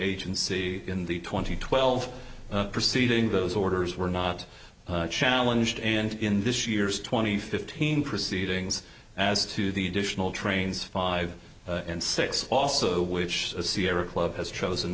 agency in the twenty twelve proceeding those orders were not challenge and in this year's twenty fifteen proceedings as to the additional trains five and six also which the sierra club has chosen